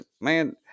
Man